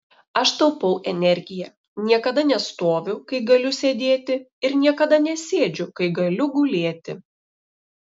aš taupau energiją niekada nestoviu kai galiu sėdėti ir niekada nesėdžiu kai galiu gulėti